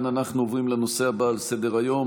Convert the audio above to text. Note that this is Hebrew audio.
תודה רבה.